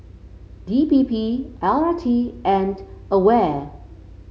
D P P L R T and Aware